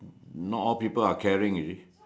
not all people are caring you see